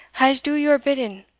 i'se do your bidding,